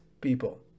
people